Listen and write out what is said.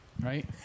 right